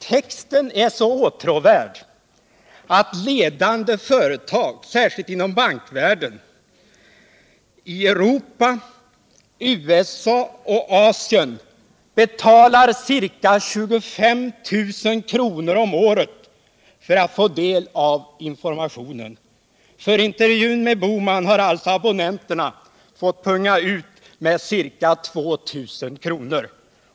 Texten är så åtråvärd att ledande företag, särskilt inom bankvärlden i Europa, USA och Asien, betalar ca 25 000 kr. om året för att få del av informationen. För intervjun med Gösta Bohman har alltså abonnenterna fått punga ut med ca 2000 kr.